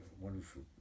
wonderful